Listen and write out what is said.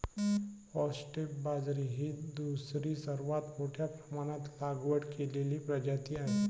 foxtail बाजरी ही दुसरी सर्वात मोठ्या प्रमाणात लागवड केलेली प्रजाती आहे